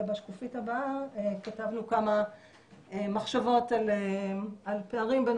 בשקופית הבאה כתבנו כמה מחשבות על פערים בין